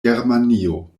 germanio